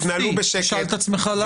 שאל את עצמך למה.